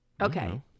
Okay